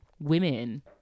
women